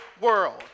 world